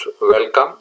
welcome